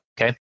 Okay